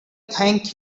thank